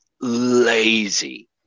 lazy